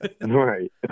Right